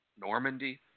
Normandy